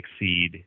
exceed